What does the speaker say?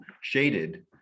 shaded